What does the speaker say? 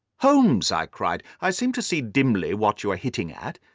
holmes, i cried, i seem to see dimly what you are hinting at.